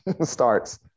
starts